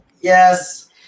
Yes